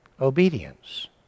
Obedience